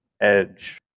Edge